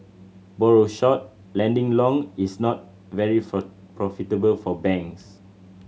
borrow short lending long is not very profitable for banks